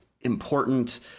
important